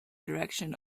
direction